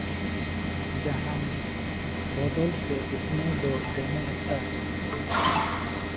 ᱡᱟᱦᱟᱱ ᱵᱚᱫᱚᱞ ᱥᱮ ᱩᱛᱱᱟᱹᱣ ᱫᱚ ᱫᱚᱢᱮ ᱮᱠᱴᱟ